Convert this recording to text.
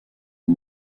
aux